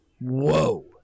whoa